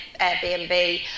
Airbnb